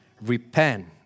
Repent